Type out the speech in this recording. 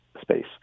space